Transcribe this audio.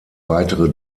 weitere